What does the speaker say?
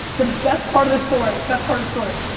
the best part of the story, best part of the story.